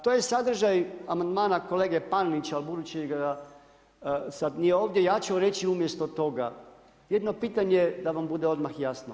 To je sadržaj amandmana kolege Panenića, ali budući da sad nije ovdje ja ću reći umjesto toga jedno pitanje da vam bude odmah jasno.